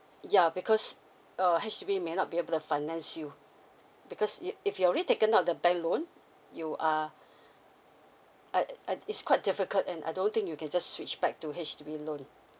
yeah because uh H_D_B may not be able to finance you because if if you already taken up the bank loan you are uh uh it's quite difficult and I don't think you can just switch back to H_D_B loan